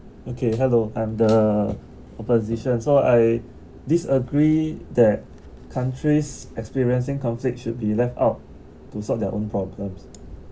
okay hello I'm the opposition so I disagree that countries experiencing conflict should be left out to solve their own problems